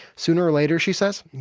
sooner or later, she says,